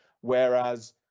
whereas